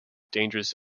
dangerous